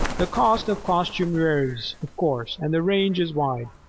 the cost of costumes varies, of course, and the range is wide.